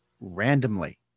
Randomly